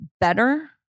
better